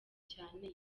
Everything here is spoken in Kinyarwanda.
cyane